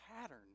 pattern